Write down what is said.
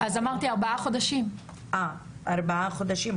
אמרתי, ארבעה חודשים אה, ארבעה חודשים.